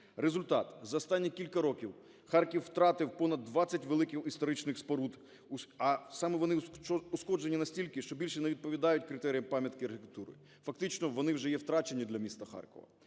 Результат: за останні кілька років Харків втратив понад 20 великих історичних споруд, саме вони ушкоджені настільки, що більше не відповідають критеріям пам'ятки архітектури, фактично вони вже є втрачені для міста Харкова.